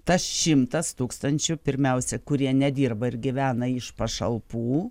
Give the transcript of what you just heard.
tas šimtas tūkstančių pirmiausia kurie nedirba ir gyvena iš pašalpų